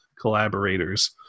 collaborators